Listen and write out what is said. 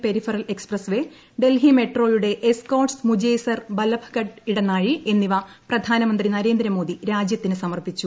peripheral expressway Delhi മെട്രോയുടെ എസ്കോർട്സ് മുജേസർ ബല്ലഭ്ഗഡ്ജ് ഇടനാഴി എന്നിവ പ്രധാനമന്ത്രി നരേന്ദ്രമോദി രാജ്യത്തിന് സമർപ്പിച്ചു